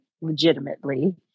legitimately